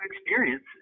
experience